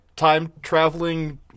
Time-traveling